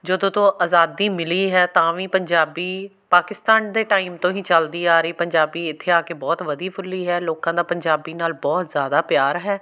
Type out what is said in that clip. ਜਦੋਂ ਤੋਂ ਆਜ਼ਾਦੀ ਮਿਲੀ ਹੈ ਤਾਂ ਵੀ ਪੰਜਾਬੀ ਪਾਕਿਸਤਾਨ ਦੇ ਟਾਈਮ ਤੋਂ ਹੀ ਚੱਲਦੀ ਆ ਰਹੀ ਪੰਜਾਬੀ ਇੱਥੇ ਆ ਕੇ ਬਹੁਤ ਵਧੀ ਫੁੱਲੀ ਹੈ ਲੋਕਾਂ ਦਾ ਪੰਜਾਬੀ ਨਾਲ਼ ਬਹੁਤ ਜ਼ਿਆਦਾ ਪਿਆਰ ਹੈ